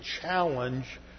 challenge